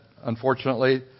unfortunately